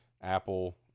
Apple